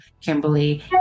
Kimberly